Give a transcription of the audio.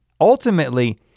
ultimately